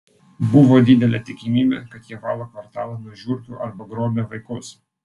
buvo didelė tikimybė kad jie valo kvartalą nuo žiurkių arba grobia vaikus